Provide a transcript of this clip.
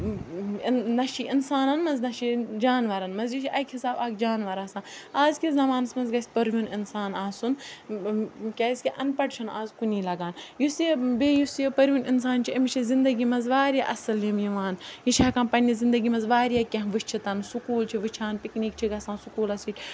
نہ چھِ یہِ اِنسانَن منٛز نہ چھِ یہِ جانوَرَن منٛز یہِ چھِ اَکہِ حِساب اَکھ جانوَر آسان اَزکِس زمانَس منٛز گژھِ پٔرۍوُن اِنسان آسُن کیٛازِکہِ اَن پَڑھ چھُنہٕ اَز کُنی لَگان یُس یہِ بیٚیہِ یُس یہِ پٔرۍوُن اِنسان چھِ أمِس زندگی منٛز واریاہ اَصٕل یِم یِوان یہِ چھِ ہٮ۪کان پنٛنہِ زندگی منٛز واریاہ کینٛہہ وٕچھِتھ سکوٗل چھِ وٕچھان پِکنِک چھِ گژھان سکوٗلَس سۭتۍ